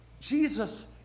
Jesus